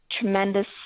tremendous